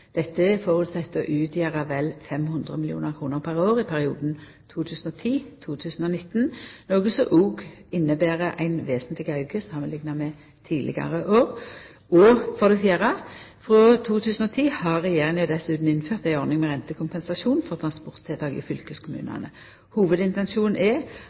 Dette er føresett å utgjera vel 500 mill. kr pr. år i perioden 2010–2019, noko som òg inneber ein vesentleg auke samanlikna med tidlegare år. Frå 2010 har Regjeringa dessutan innført ei ordning med rentekompensasjon for transporttiltak i fylkeskommunane. Hovudintensjonen er